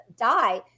die